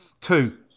Two